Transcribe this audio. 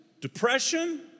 depression